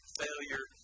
failure